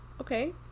Okay